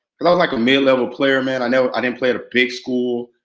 cause i was like a mid level player, man. i know i didn't play at a big school.